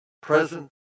present